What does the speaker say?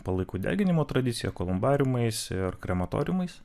palaikų deginimo tradicija kolumbariumais ir krematoriumais